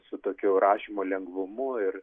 su tokiu rašymo lengvumu ir